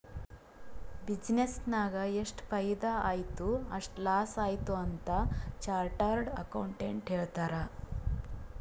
business ನಾಗ್ ಎಷ್ಟ ಫೈದಾ ಆಯ್ತು ಎಷ್ಟ ಲಾಸ್ ಆಯ್ತು ಅಂತ್ ಚಾರ್ಟರ್ಡ್ ಅಕೌಂಟೆಂಟ್ ಹೇಳ್ತಾರ್